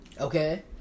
Okay